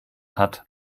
hat